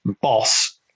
boss